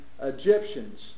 Egyptians